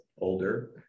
older